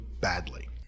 badly